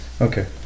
Okay